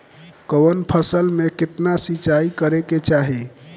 कवन फसल में केतना सिंचाई करेके चाही?